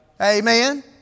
Amen